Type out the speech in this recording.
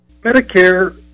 Medicare